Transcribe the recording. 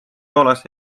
poolas